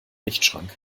lichtschranke